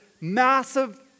massive